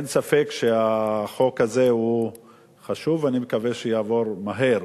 אין ספק שהחוק הזה חשוב, ואני מקווה שיעבור מהר.